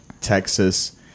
Texas